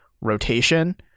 rotation